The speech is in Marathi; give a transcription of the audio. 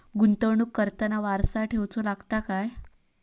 गुंतवणूक करताना वारसा ठेवचो लागता काय?